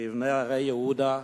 ויבנה ערי יהודה,